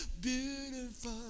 beautiful